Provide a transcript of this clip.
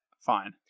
Fine